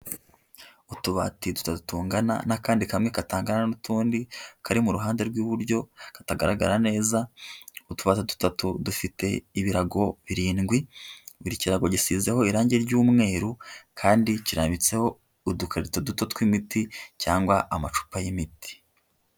Utubati dutatu tungana, n'akandi kamwe katangana n'utundi kari mu ruhande rw'iburyo katagaragara neza, utubati dutatu dufite ibirago birindwi, buri kirago gisizeho irangi ry'umweru kandi kirambitseho udukarito duto tw'imiti cyangwa amacupa y'imiti.